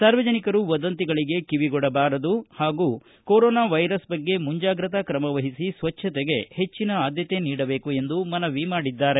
ಸಾರ್ವಜನಿಕರು ವದಂತಿಗಳಿಗೆ ಕಿವಿಗೊಡಬಾರದು ಹಾಗೂ ಕೊರೊನಾ ವೈರಸ್ ಬಗ್ಗೆ ಮುಂಜಾಗ್ರತಾ ಕ್ರಮವಹಿಸಿ ಸ್ವಚ್ಚತೆಗೆ ಹೆಚ್ಚನ ಆದ್ಯತೆ ನೀಡಬೇಕು ಎಂದು ಮನವಿ ಮಾಡಿದ್ದಾರೆ